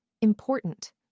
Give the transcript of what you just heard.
important